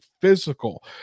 physical